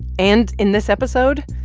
and in this episode,